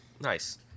Nice